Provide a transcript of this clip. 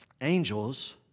Angels